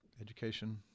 education